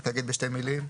רק להגיד בשתי מילים,